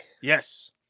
Yes